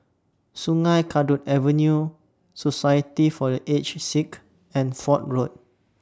Sungei Kadut Avenue Society For The Aged Sick and Fort Road